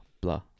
Blah